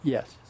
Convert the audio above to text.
Yes